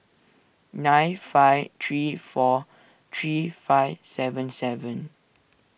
nine five three four three five seven seven